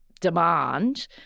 demand